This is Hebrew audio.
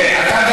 אני.